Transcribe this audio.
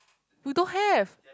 we don't have